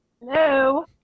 Hello